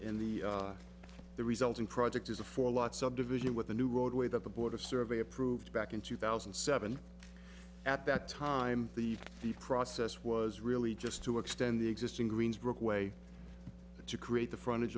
in the uk the resulting project is a for a lot subdivision with a new roadway that the board of survey approved back in two thousand and seven at that time the the process was really just to extend the existing greensburg way to create the front